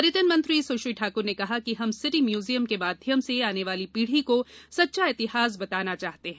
पर्यटन मंत्री सुश्री ठाकुर ने कहा कि हम सिटी म्यूजियम के माध्यम से आने वाली पीढ़ी को सच्चा इतिहास बताना चाहते हैं